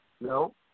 No